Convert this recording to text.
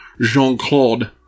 Jean-Claude